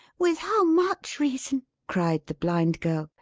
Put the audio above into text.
with how much reason! cried the blind girl.